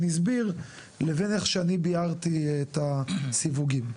הסביר לבין איך שאני ביארתי את הסיווגים.